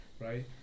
right